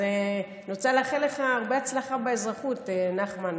אז אני רוצה לאחל לך הרבה הצלחה באזרחות, נחמן.